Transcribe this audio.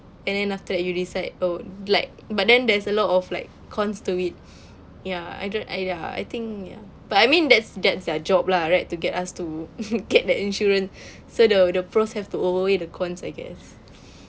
and then after that you decide oh like but then there's a lot of like cons to it ya I don't !aiya! I think ya but I mean that's that's their job lah right to get us to get the insurance so so the pros have to overweigh the cons I guess